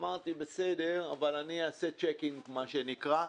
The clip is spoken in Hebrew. אמרתי, בסדר, אני אעשה צ'ק-אין מה שנקרא,